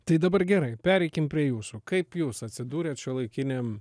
tai dabar gerai pereikim prie jūsų kaip jūs atsidūrėt šiuolaikiniam